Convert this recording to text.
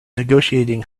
negotiating